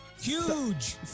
huge